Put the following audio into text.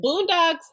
Boondocks